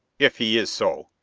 if he is so,